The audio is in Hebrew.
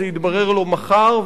זה יתברר לו מחר,